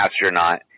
astronaut